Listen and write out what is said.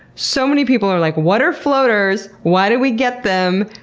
so many people are like what are floaters? why do we get them?